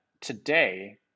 today